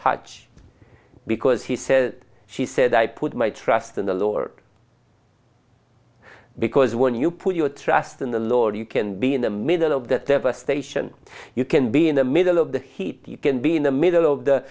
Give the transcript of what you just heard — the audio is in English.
touch because he said she said i put my trust in the lord because when you put your trust in the lord you can be in the middle of the devastation you can be in the middle of the heat you can be in the middle of the